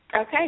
Okay